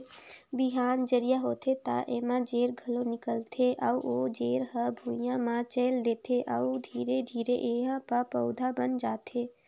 बिहान जरिया होथे त एमा जेर घलो निकलथे अउ ओ जेर हर भुइंया म चयेल देथे अउ धीरे धीरे एहा प पउधा बन जाथे